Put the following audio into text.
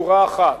בשורה אחת.